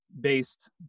based